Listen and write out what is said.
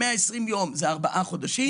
120 יום זה ארבעה חודשים,